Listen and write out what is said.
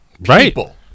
people